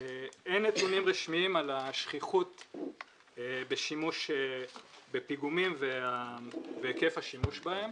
אין נתונים רשמיים על השכיחות בשימוש בפיגומים והיקף השימוש בהם.